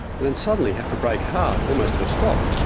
and then suddenly have to brake hard almost to a stop.